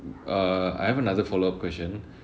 uh I have another follow up question